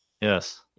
Yes